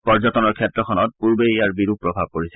পৰ্যটনৰ ক্ষেত্ৰখনত পূৰ্বেই ইয়াৰ বিৰোপ প্ৰভাৱ পৰিছে